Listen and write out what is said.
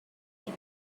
they